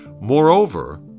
Moreover